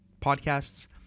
podcasts